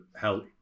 help